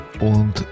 und